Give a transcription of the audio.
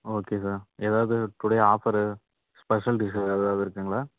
okay sir எதாவது today offer special dish எதா எதாவது இருக்குங்குளா